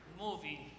movie